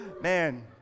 man